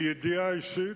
מידיעה אישית,